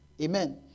amen